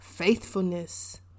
faithfulness